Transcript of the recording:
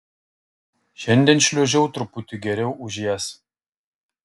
šiandien šliuožiau truputį geriau už jas